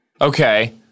Okay